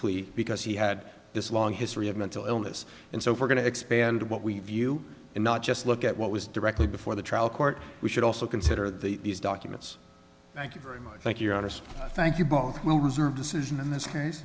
plea because he had this long history of mental illness and so we're going to expand what we view and not just look at what was directly before the trial court we should also consider these documents thank you very much thank you honest thank you both will reserve decision in this case